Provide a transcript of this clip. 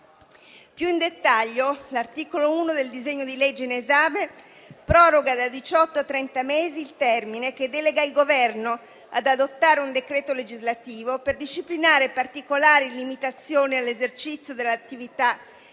Più in dettaglio l'articolo 1 del disegno di legge in esame proroga da diciotto a trenta mesi il termine che delega il Governo ad adottare un decreto legislativo per disciplinare particolari limitazioni all'esercizio dell'attività di